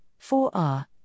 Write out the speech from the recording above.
4R